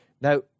Now